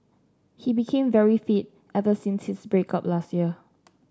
he became very fit ever since his break up last year